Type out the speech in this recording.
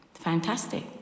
Fantastic